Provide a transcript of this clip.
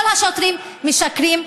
כל השוטרים משקרים,